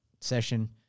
session